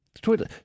Twitter